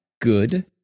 good